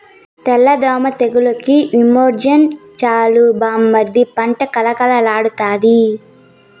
తెల్ల దోమ తెగులుకి విప్రోజిన్ చల్లు బామ్మర్ది పంట కళకళలాడతాయి